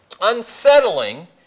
unsettling